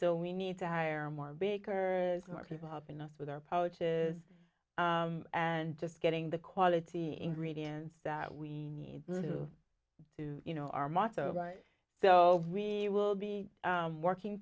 so we need to hire more bakers more people helping us with our poaches and just getting the quality ingredients that we need to do you know our motto right so we will be working